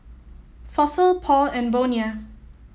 Fossil Paul and Bonia